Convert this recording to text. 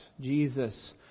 Jesus